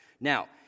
Now